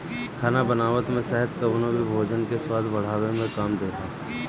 खाना बनावत में शहद कवनो भी भोजन के स्वाद बढ़ावे में काम देला